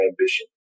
ambition